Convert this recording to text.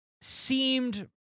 seemed